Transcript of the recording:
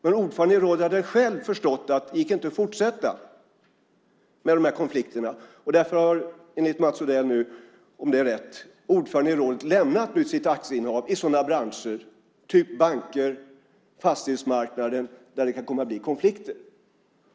Men ordföranden i rådet hade själv förstått att det inte gick att fortsätta med de här konflikterna. Därför har, enligt Mats Odell här - om det nu är rätt - ordföranden i rådet lämnat sitt aktieinnehav i branscher av typen banker och fastighetsmarknaden där det kan komma att bli konflikter.